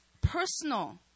personal